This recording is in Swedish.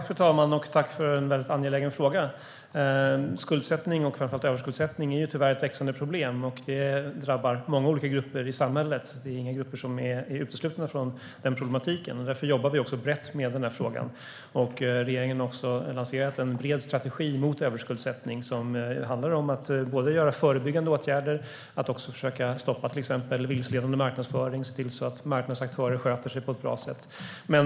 Fru talman! Jag tackar för en angelägen fråga. Skuldsättning och framför allt överskuldsättning är tyvärr ett växande problem som drabbar många olika grupper i samhället. Eftersom inga grupper är uteslutna från den problematiken jobbar vi brett med denna fråga. Regeringen har lanserat en bred strategi mot överskuldsättning som bland annat handlar om att vidta förebyggande åtgärder, som att försöka stoppa vilseledande marknadsföring och se till att marknadens aktörer sköter sig på ett bra sätt.